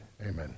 amen